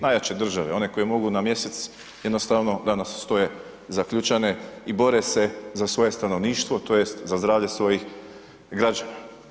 Najjače države, one koje mogu na mjesec, jednostavno danas stoje zaključane i bore se za svoje stanovništvo tj. za zdravlje svojih građana.